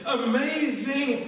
amazing